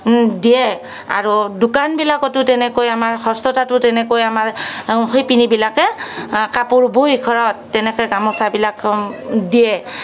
দিয়ে আৰু দোকানবিলাকতো তেনেকৈ আমাৰ হস্ত তাঁততো তেনেকৈ আমাক শিপিনীবিলাকে কাপোৰ বৈ ঘৰত তেনেকৈ গামোচাবিলাক দিয়ে